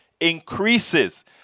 increases